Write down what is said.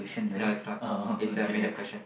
no it's not it's a made up question